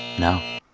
no.